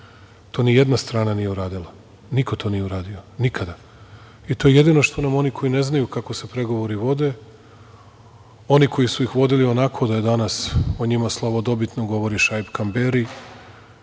nijedna strana nije uradila. Niko to nije uradio, nikada. To je jedino što nam oni koji ne znaju kako se pregovori vode, oni koji su ih vodili onako da je danas o njima slavodobitno govori Šaip Kamberi,